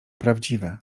prawdziwe